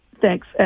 thanks